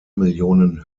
millionen